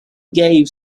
gave